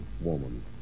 woman